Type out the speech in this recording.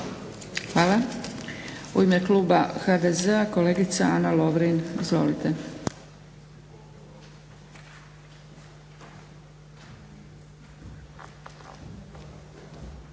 Hvala. U ime kluba HDZ-a kolegica Ana Lovrin. Izvolite.